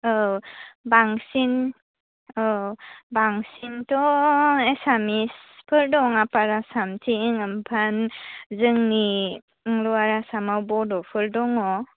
औ बांसिन औ बांसिनथ' एसामिसफोर दं आफार आसामथिं आमफाय जोंनि लवार आसामाव बड'फोर दङ